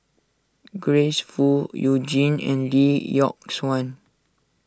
Grace Fu You Jin and Lee Yock Suan